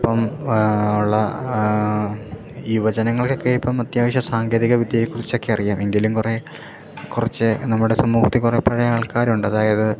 ഇപ്പം ഉള്ള യുവജനങ്ങൾക്കൊക്കെ ഇപ്പം അത്യാവശ്യം സാങ്കേതിക വിദ്യയെക്കുറിച്ചൊക്കെ അറിയാം എങ്കിലും കുറേ കുറച്ച് നമ്മുടെ സമൂഹത്തിൽ കുറേ പഴയ ആൾക്കാരുണ്ട് അതായത്